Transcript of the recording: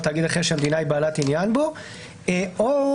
או תאגיד אחר שהמדינה היא בעלת עניין בו.